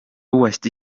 uuesti